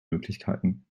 möglichkeiten